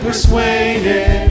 persuaded